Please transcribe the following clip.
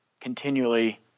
continually